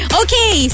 okay